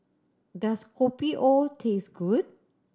does Kopi O taste good